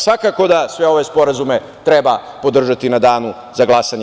Svakako da sve ove sporazume treba podržati na Danu za glasanje.